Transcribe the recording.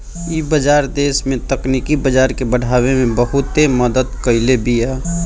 इ बाजार देस में तकनीकी बाजार के बढ़ावे में बहुते मदद कईले बिया